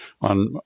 on